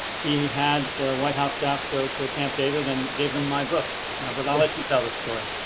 he had the white house staff go to camp david and gave him my book but i let you tell this story.